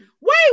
wait